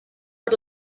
per